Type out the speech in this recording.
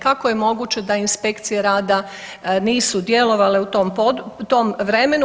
Kako je moguće da inspekcije rada nisu djelovale u tom vremenu?